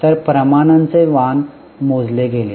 तर प्रमाणांचे वाण मोजले गेले